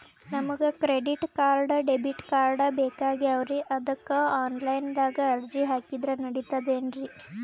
ನಮಗ credit card, debit card ಬೇಕಾಗ್ಯಾವ್ರೀ ಅದಕ್ಕ ಆನಲೈನದಾಗ ಅರ್ಜಿ ಹಾಕಿದ್ರ ನಡಿತದೇನ್ರಿ?